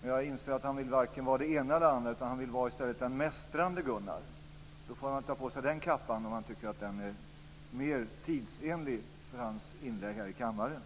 Men jag inser att han varken vill vara det ena eller det andra, utan han vill i stället vara Mästrande Gunnar. Då får han väl ta på sig den kappan, om han tycker att den är mer tidsenlig för hans inlägg här i kammaren.